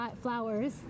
flowers